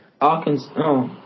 Arkansas